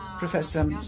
Professor